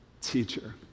teacher